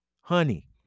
Honey